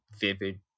vivid